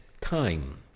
time